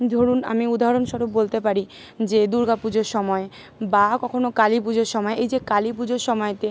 ধরুন আমি উদহারণস্বরূপ বলতে পারি যে দুর্গা পুজোর সময় বা কখনো কালী পুজোর সময় এই যে কালী পুজোর সময়তে